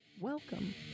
Welcome